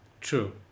True